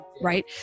right